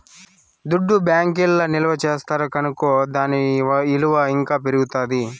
దుడ్డు బ్యాంకీల్ల నిల్వ చేస్తారు కనుకో దాని ఇలువ ఇంకా పెరుగుతాది